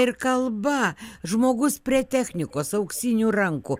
ir kalba žmogus prie technikos auksinių rankų